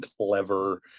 clever